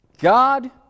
God